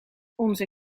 onze